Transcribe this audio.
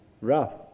rough